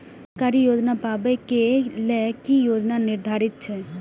सरकारी योजना पाबे के लेल कि योग्यता निर्धारित छै?